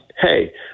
hey